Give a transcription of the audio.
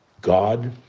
God